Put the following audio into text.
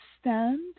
stand